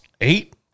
eight